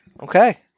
Okay